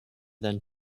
than